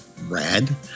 rad